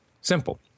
simple